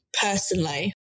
personally